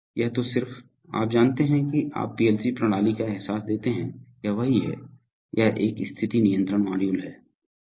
यह तो सिर्फ आप जानते हैं कि आप पीएलसी प्रणाली का एहसास देते हैं यह वही है यह एक स्थिति नियंत्रण मॉड्यूल है